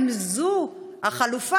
אם זו החלופה,